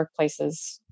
workplaces